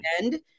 end